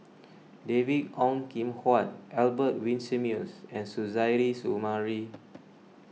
David Ong Kim Huat Albert Winsemius and Suzairhe Sumari